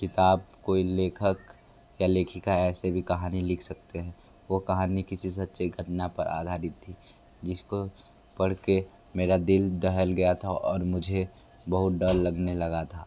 किताब कोई लेखक या लेखिका ऐसे भी कहानी लिख सकते हैं वो कहानी किसी सच्चे घटना पर आधारित थी जिसको पढ़ के मेरा दिल दहल गया था और मुझे बहुत डर लगने लगा था